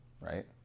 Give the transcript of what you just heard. right